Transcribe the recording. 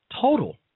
total